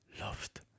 loved